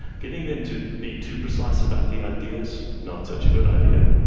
getting them to be too precise about the ideas, not such a good idea.